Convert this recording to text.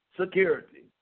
security